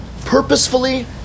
Purposefully